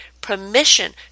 permission